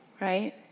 right